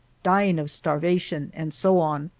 dying of starvation, and so on.